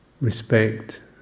respect